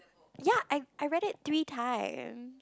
ya I I read it three time